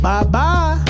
Bye-bye